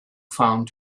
found